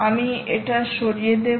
আমি এটা সরিয়ে দেবো